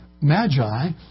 Magi